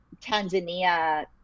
Tanzania